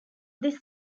this